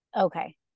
okay